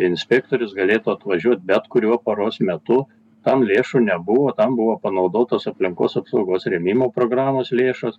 inspektorius galėtų atvažiuot bet kuriuo paros metu tam lėšų nebuvo tam buvo panaudotos aplinkos apsaugos rėmimo programos lėšos